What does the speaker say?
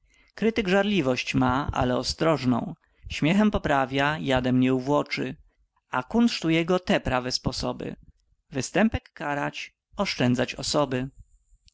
krytyk żarliwość ma ale ostrożną śmiechem poprawia jadem nie uwłoczy a kunsztu jego te prawe sposoby występek karać oszczędzać osoby